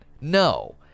No